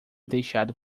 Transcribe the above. deixado